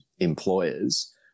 Employers